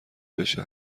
بشه